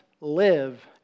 live